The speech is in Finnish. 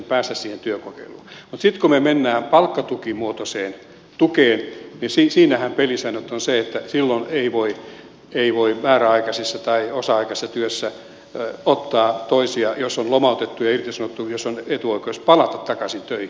mutta sitten kun me menemme palkkatukimuotoiseen tukeen niin siinähän pelisäännöt ovat ne että silloin ei voi määräaikaisessa tai osa aikaisessa työssä ottaa toisia jos on lomautettu ja irtisanottu jos on etuoikeus palata takaisin töihin